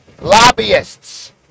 lobbyists